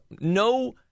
No